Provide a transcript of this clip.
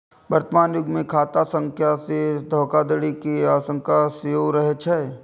वर्तमान युग मे खाता संख्या सं धोखाधड़ी के आशंका सेहो रहै छै